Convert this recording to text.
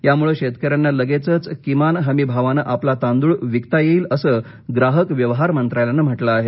यामुळे शेतकऱ्यांना लगेचच किमान हमी भावानं आपला तांदूळ विकता येईल असं ग्राहक व्यवहार मंत्रालयानं म्हटलं आहे